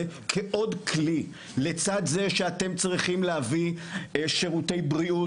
כעוד כלי לצד זה שאתם צריכים להביא שירותי בריאות